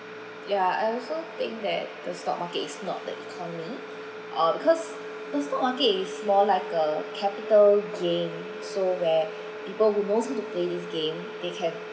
yeah I also think that the stock market is not that economy orh because the stock market is more like a capital gain so where people who mostly to play this game they have